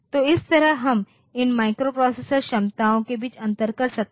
तो इस तरह हम इन माइक्रोप्रोसेसर क्षमताओं के बीच अंतर कर सकते हैं